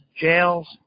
jails